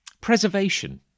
preservation